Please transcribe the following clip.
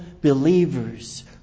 believers